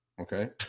okay